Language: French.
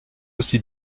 aussi